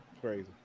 crazy